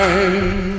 Time